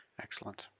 Excellent